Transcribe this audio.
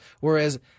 Whereas